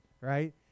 right